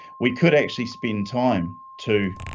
we could actually spend time too.